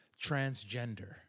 transgender